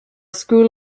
school